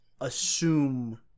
assume